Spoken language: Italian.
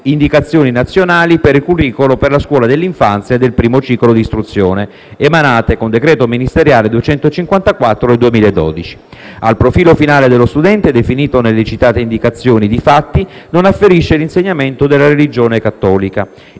indicazioni nazionali per il curricolo per la scuola dell'infanzia e del primo ciclo di istruzione, emanate con decreto ministeriale n. 254 del 2012. Al profilo finale dello studente definito nelle citate indicazioni, difatti, non afferisce l'insegnamento della religione cattolica.